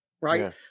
Right